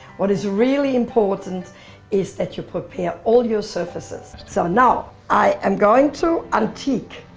what is really important is that you prepare all your surfaces. so now i am going to antique.